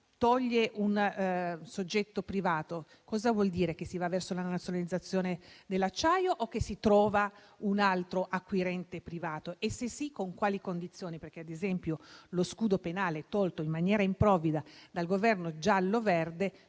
toglie un soggetto privato, però, cosa vuol dire? Si va verso la nazionalizzazione dell'acciaio o si trova un altro acquirente privato? E se sì, con quali condizioni? Ad esempio, lo scudo penale tolto in maniera improvvida dal Governo giallo-verde